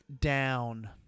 down